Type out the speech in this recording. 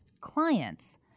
clients